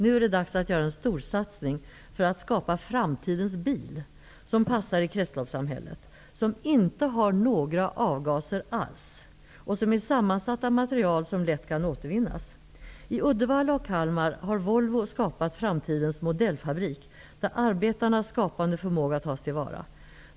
Nu är det dags att göra en storsatsning för att skapa framtidens bil, som passar i kretsloppssamhället, som inte har några avgaser alls och som är sammansatt av material som lätt kan återvinnas. I Uddevalla och Kalmar har Volvo skapat framtidens modellfabrik, där arbetarnas skapande förmåga tas till vara.